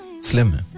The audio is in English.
Slim